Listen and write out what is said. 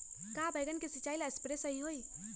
का बैगन के सिचाई ला सप्रे सही होई?